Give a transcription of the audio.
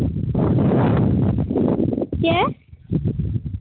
ᱪᱮᱫ